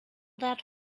that